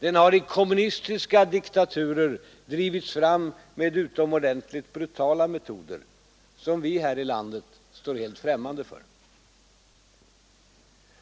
Den har i kommunistiska diktaturer drivits fram med utomordentligt brutala metoder som vi här i landet står helt främmande inför.